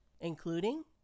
including